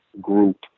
group